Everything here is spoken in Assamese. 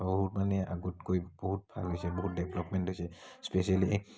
বহুত মানে আগতকৈ বহুত ভাল হৈছে বহুত ডেভেলপমেণ্ট হৈছে স্পেচিয়েলি